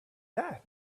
that